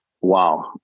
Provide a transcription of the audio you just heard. Wow